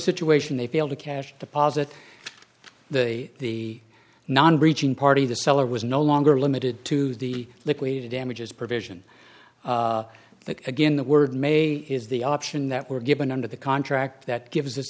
situation they failed to cash deposit the the non breaching party the seller was no longer limited to the liquidated damages provision that again the word may is the option that were given under the contract that gives us